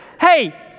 hey